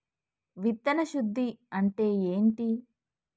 విత్తన శుద్ధి అంటే ఏంటి?